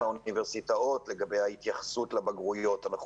האוניברסיטאות לגבי ההתייחסות לבגרויות הנדונות.